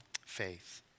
faith